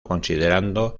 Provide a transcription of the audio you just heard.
considerando